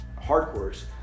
hardcores